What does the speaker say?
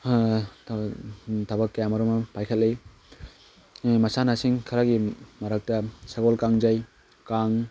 ꯊꯕꯛ ꯀꯌꯥ ꯃꯔꯨꯝ ꯑꯃ ꯄꯥꯏꯈꯠꯂꯏ ꯃꯁꯥꯟꯅꯁꯤꯡ ꯈꯔꯒꯤ ꯃꯔꯛꯇ ꯁꯒꯣꯜ ꯀꯥꯡꯖꯩ ꯀꯥꯡ